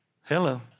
Hello